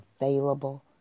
available